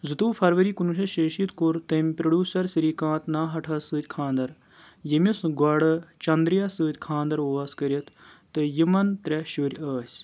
زٕتووُہ فَرؤری کُنوُہ شیٚتھ شیٚشیٖتھ کۆر تٔمۍ پروڈیوسر سری کانت ناہٹاہَس سۭتۍ خانٛدَر ییٚمِس گۄڈٕ چندرایہِ سۭتۍ خانٛدَر اوس کٔرِتھ تہٕ یِمَن ترٛےٚ شُرۍ ٲسۍ